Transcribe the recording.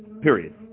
period